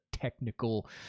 technical